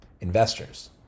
Investors